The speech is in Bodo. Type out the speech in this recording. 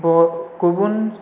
गुबुन